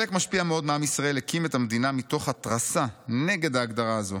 "חלק משפיע מאוד מעם ישראל הקים את המדינה מתוך התרסה נגד ההגדרה הזו.